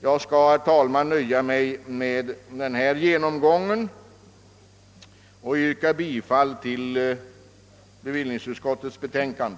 Jag skall, herr talman, nöja mig med denna genomgång och yrkar bifall till bevillningsutskottets förslag.